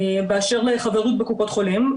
באשר לחברות בקופות חולים,